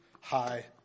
high